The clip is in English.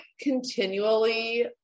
continually